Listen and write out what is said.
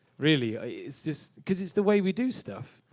really, it's just because it's the way we do stuff.